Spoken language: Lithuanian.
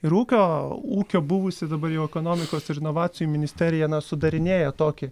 ir ūkio ūkio buvusi dabar jau ekonomikos ir inovacijų ministerija sudarinėja tokį